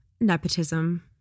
nepotism